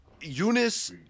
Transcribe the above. Eunice